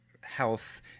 health